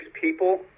people